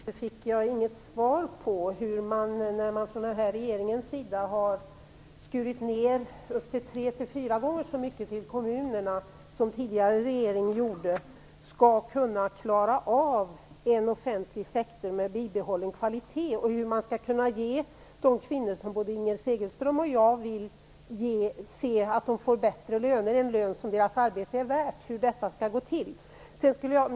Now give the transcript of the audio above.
Herr talman! I det tidigare replikskiftet fick jag inget svar på frågan hur man, när regeringen har skurit ned anslagen till kommunerna med upp till tre fyra gånger så mycket som den tidigare regeringen gjorde, skall klara av att ha en offentlig sektor med bibehållen kvalitet och hur man skall kunna ge de kvinnor som både Inger Segelström och jag vill skall få en lön som deras arbete är värt. Hur skall detta gå till?